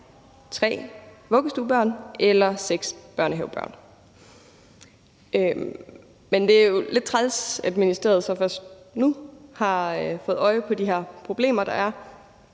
vuggestuebørn eller seks børnehavebørn. Det er jo lidt træls, at ministeriet så først nu har fået øje på de her problemer, der er,